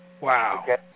Wow